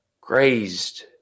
grazed